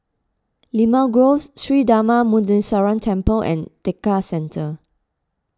Limau Grove Sri Darma Muneeswaran Temple and Tekka Centre